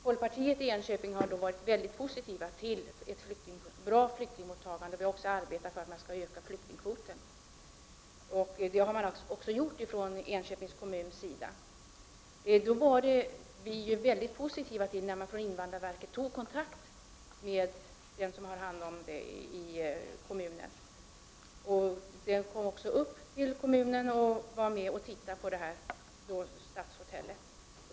Folkpartiet i Enköping har varit mycket positivt till ett bra flyktingmottagande. Vi har också arbetat för att man skall öka flyktingkvoten, vilket man också har gjort från Enköpings kommuns sida. Vi var mycket positiva till att man från invandrarverket tog kontakt med den tjänsteman som har hand om detta i kommunen. Man kom från invandrarverket också till kommunen och var med och tittade på stadshotellet.